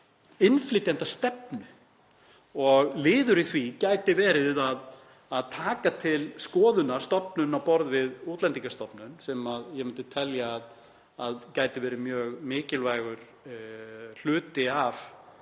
innflytjendastefnu. Liður í því gæti verið að að taka til skoðunar stofnun á borð við Útlendingastofnun, sem ég myndi telja að gæti verið mjög mikilvægur hluti af